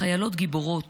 חיילות גיבורות